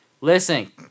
listen